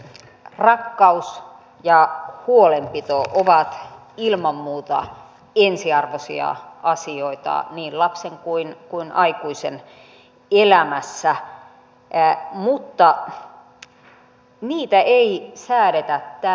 rakkaus ja huolenpito ovat ilman muuta ensiarvoisia asioita niin lapsen kuin aikuisen elämässä mutta niitä ei säädetä tällä lailla